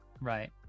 Right